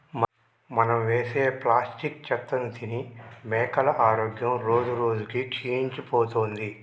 మనం వేసే ప్లాస్టిక్ చెత్తను తిని మేకల ఆరోగ్యం రోజురోజుకి క్షీణించిపోతుంది